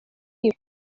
iyi